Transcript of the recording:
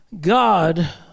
God